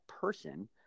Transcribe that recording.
person